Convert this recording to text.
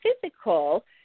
physical